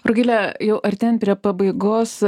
rugilė jau artėjant prie pabaigos